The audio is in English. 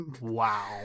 wow